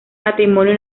matrimonio